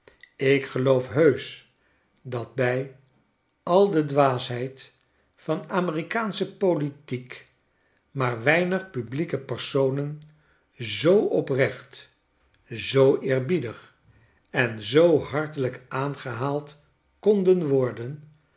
ik geloof heusch dat bij al de dwaasheid van amerikaansche politiekmaarweinigpublieke personen zoo oprecht zoo eerbiedig en zoo hartelijk aangehaald konden worden